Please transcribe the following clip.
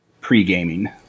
pre-gaming